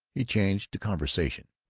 he changed to conversation.